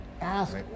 Ask